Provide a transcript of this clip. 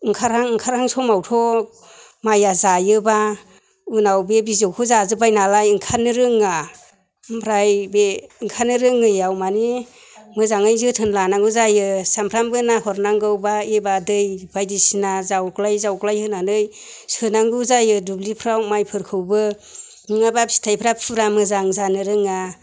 ओंखारहां ओंखारहां समावथ' माइआ जायोबा उनाव बे बिजौखौ जाजोब्बाय नालाय ओंखारनो रोङा ओमफ्राय बे ओंखारनो रोङैआव माने मोजाङै जोथोन लानांगौ जायो सानफ्रोमबो ना हरनांगौबा एबा दै बायदिसिना जावग्लाय जावग्लाय होनानै सोनांगौ जायो दुब्लिफोराव माइफोरखौबो नङाबा फिथाइफोरा फुरा मोजां जानो रोङा